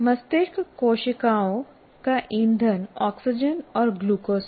मस्तिष्क कोशिकाओं का ईंधन ऑक्सीजन और ग्लूकोज है